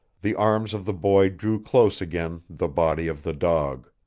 the arms of the boy drew close again the body of the dog.